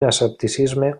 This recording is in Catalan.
escepticisme